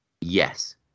Yes